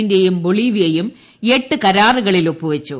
ഇന്തൃയും ബൊളീവിയയും എട്ട് കരാറുകളിൽ ഒപ്പുവച്ചു